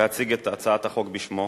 להציג את הצעת החוק בשמו.